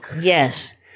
Yes